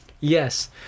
Yes